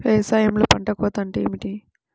వ్యవసాయంలో పంట కోత అంటే ఏమిటి?